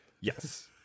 Yes